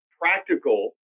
practical